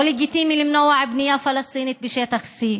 לא לגיטימי למנוע בנייה פלסטינית בשטח C,